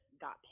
got